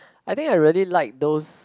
I think I really like those